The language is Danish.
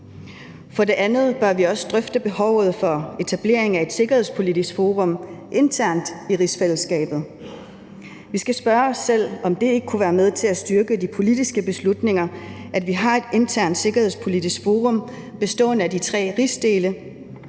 For det andet bør vi også drøfte behovet for etablering af et sikkerhedspolitisk forum internt i rigsfællesskabet. Vi skal spørge os selv, om det ikke kunne være med til at styrke de politiske beslutninger, at vi havde et internt sikkerhedspolitisk forum bestående af de tre rigsdele,